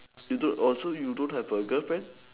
you don't also you don't have a girlfriend